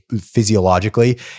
physiologically